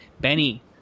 Benny